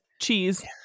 cheese